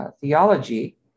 theology